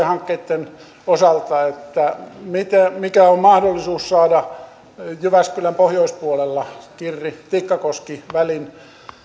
hankkeitten osalta mikä on mahdollisuus saada jyväskylän pohjoispuolella kirri tikkakoski välin